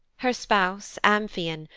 her spouse, amphion,